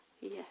Yes